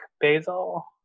basil